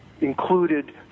included